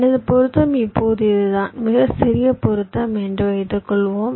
எனது பொருத்தம் இப்போது இதுதான் மிகச் சிறிய பொருத்தம் என்று வைத்துக்கொள்வோம்